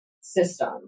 system